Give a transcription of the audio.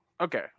Okay